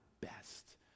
best